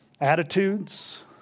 attitudes